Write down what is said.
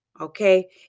okay